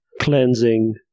Cleansing